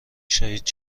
شهید